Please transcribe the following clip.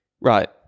Right